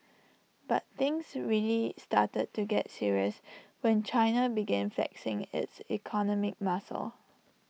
but things really started to get serious when China began flexing its economic muscle